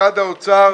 משרד האוצר